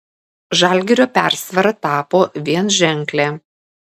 žalgirio persvara tapo vienženklė